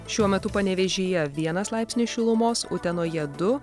šiuo metu panevėžyje vienas laipsnis šilumos utenoje du